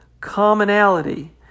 commonality